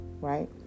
right